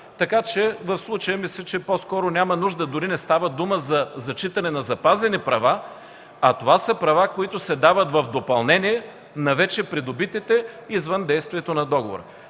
условия. Мисля, че в случая дори не става дума за зачитане на запазени права, а това са права, които се дават в допълнение на вече придобитите извън действието на договора.